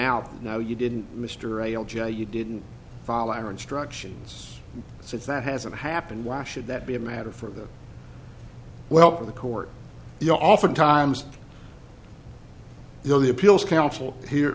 out no you didn't mr a l j you didn't follow or instructions said that hasn't happened why should that be a matter for the wealth of the court you know oftentimes you know the appeals council he